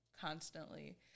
constantly